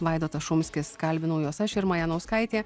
vaidotas šumskis kalbinau juos aš irma janauskaitė